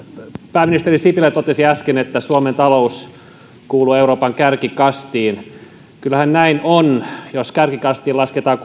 pääministeri sipilä totesi äsken että suomen talous kuuluu euroopan kärkikastiin kyllähän näin on jos kärkikastiin lasketaan